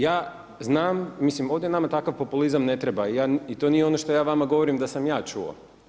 Ja znam, mislim ovdje nama takav populizam ne treba i to nije ono što ja vama govorim da sam ja čuo.